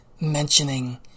mentioning